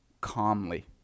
calmly